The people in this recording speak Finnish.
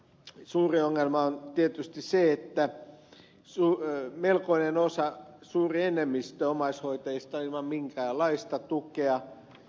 suuri ongelma on tietysti se että melkoinen osa suuri enemmistö omaishoitajista on ilman minkäänlaista tukea